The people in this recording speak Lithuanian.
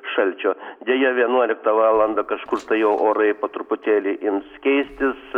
šalčio deja vienuoliktą valandą kažkur tai orai po truputėlį ims keistis